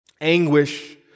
Anguish